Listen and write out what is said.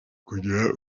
kugira